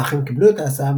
האחים קיבלו את ההצעה,